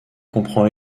comprend